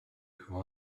who